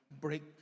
break